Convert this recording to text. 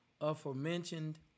aforementioned